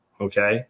Okay